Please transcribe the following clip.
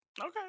Okay